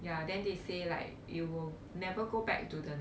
ya then they say like it will never go back to the